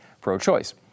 pro-choice